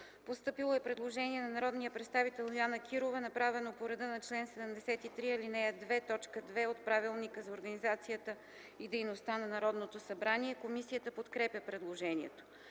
Постъпило е предложение на народния представител Йоана Кирова направено по реда на чл. 73, ал. 2, т. 2 от Правилника за организацията и дейността на Народното събрание. Комисията подкрепя предложението.